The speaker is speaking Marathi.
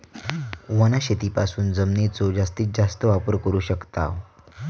वनशेतीपासून जमिनीचो जास्तीस जास्त वापर करू शकताव